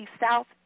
South